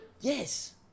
Yes